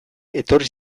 etorri